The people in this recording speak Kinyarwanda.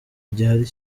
gihari